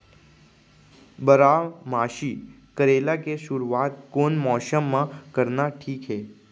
बारामासी करेला के शुरुवात कोन मौसम मा करना ठीक हे?